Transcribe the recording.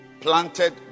planted